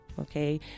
Okay